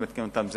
מי שמתקין אותן,